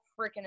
freaking